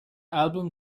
album